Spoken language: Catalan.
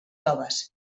noves